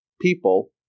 people